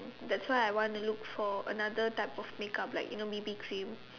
that's why I want to look for another type of make up maybe B_B cream